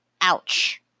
ouch